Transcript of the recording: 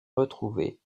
retrouver